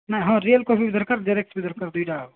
ନାଇଁ ହଁ real copy ବି ଦରକାର ଜେରକ୍ସ୍ ବି ଦରକାର ଦୁଇଟା ଆଉ